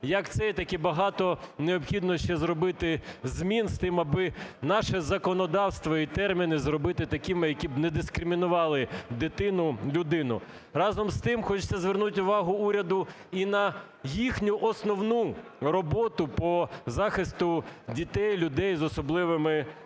як це, так і багато необхідно ще зробити змін з тим, аби наше законодавство і терміни зробити такими, які б не дискримінували дитину, людину. Разом з тим, хочеться звернути увагу уряду і на їхню основну роботу по захисту дітей, людей з особливими потребами.